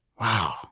Wow